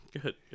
good